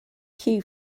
cue